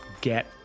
Get